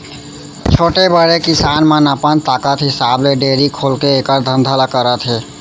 छोटे, बड़े किसान मन अपन ताकत हिसाब ले डेयरी खोलके एकर धंधा ल करत हें